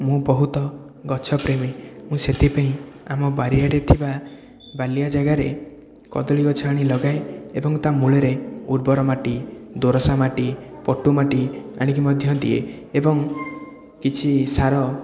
ମୁଁ ବହୁତ ଗଛ ପ୍ରେମୀ ଓ ମୁଁ ସେଥିପାଇଁ ଆମ ବାରିଆଡ଼େ ଥିବା ବାଲିଆ ଜାଗାରେ କଦଳୀ ଗଛ ଆଣି ଲଗାଏ ଏବଂ ତା ମୂଳରେ ଉର୍ବର ମାଟି ଦୋରସା ମାଟି ପଟୁ ମାଟି ଆଣିକି ମଧ୍ୟ ଦିଏ ଏବଂ କିଛି ସାର